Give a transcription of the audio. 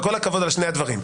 וכל הכבוד על שני הדברים.